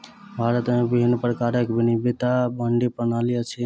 भारत में विभिन्न प्रकारक विनियमित मंडी प्रणाली अछि